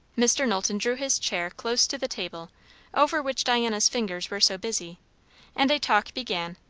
mr. knowlton drew his chair close to the table over which diana's fingers were so busy and a talk began,